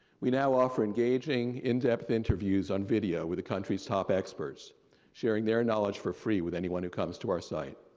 we now offer engaging in-depth interviews on video with the country's top experts sharing their knowledge for free with anyone who comes to our side.